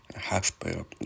hospital